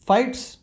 Fights